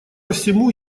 всему